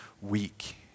weak